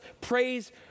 praise